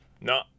no